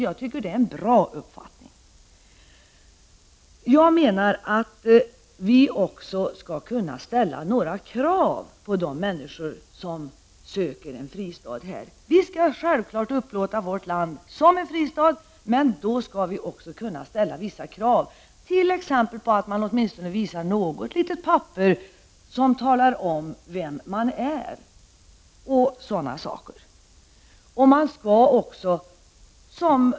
Jag tycker att det är en bra uppfattning. Vi bör emellertid kunna ställa några krav på de människor som söker en fristad här. Vi skall självfallet upplåta vårt land som en fristad, men då skall vi också kunna ställa vissa krav, t.ex. på att man åtminstone visar upp något papper som talar om vem man är.